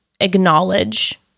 acknowledge